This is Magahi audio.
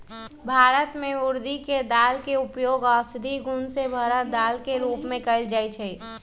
भारत में उर्दी के दाल के उपयोग औषधि गुण से भरल दाल के रूप में भी कएल जाई छई